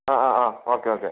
uh okay okay